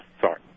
sorry